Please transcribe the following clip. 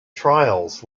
trials